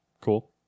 Cool